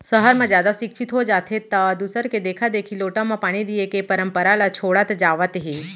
सहर म जादा सिक्छित हो जाथें त दूसर के देखा देखी लोटा म पानी दिये के परंपरा ल छोड़त जावत हें